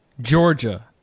Georgia